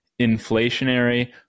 inflationary